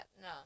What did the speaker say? no